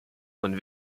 und